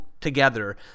together